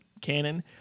canon